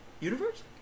Universe